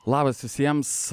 labas visiems